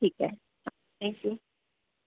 ठीक आहे हां थँक्यू